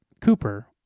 cooper